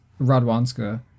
Radwanska